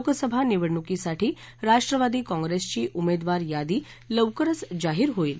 लोकसभा निवडणुकीसाठी राष्ट्रवादी काँप्रेसची उमेदवार यादी लवकरच जाहीर होईल